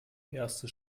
erste